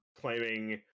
claiming